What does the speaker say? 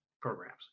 programs